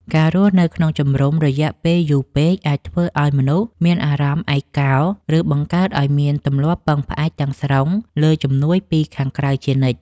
ការរស់នៅក្នុងជំរំរយៈពេលយូរពេកអាចធ្វើឱ្យមនុស្សមានអារម្មណ៍ឯកោ ឬបង្កើតឱ្យមានទម្លាប់ពឹងផ្អែកទាំងស្រុងលើជំនួយពីខាងក្រៅជានិច្ច។